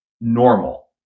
normal